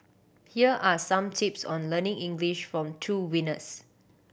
here are some tips on learning English from two winners